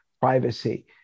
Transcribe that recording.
privacy